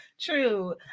true